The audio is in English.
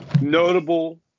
Notable